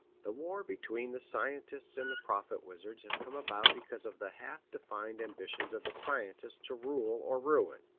the war between the scientists and the prophet-wizards has come about because of the half-defined ambition of the scientists to rule or ruin.